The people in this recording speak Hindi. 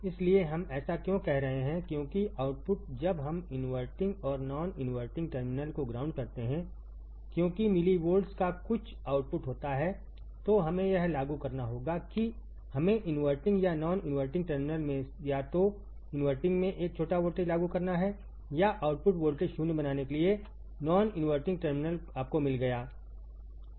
इसलिए हम ऐसा क्यों कह रहे हैं क्योंकि आउटपुट जब हम इनवर्टिंग और नॉन इनवर्टिंग टर्मिनल को ग्राउंड करते हैं क्योंकि मिलिवोल्ट्स का कुछ आउटपुट होता है तो हमें यह लागू करना होगा कि हमें इनवर्टिंग या नॉन इनवर्टिंग टर्मिनल में या तोइनवर्टिंग मेंएक छोटा वोल्टेज लागू करना हैया आउटपुट वोल्टेज 0 बनाने के लिए नॉन इनवर्टिंग टर्मिनल आपको मिल गया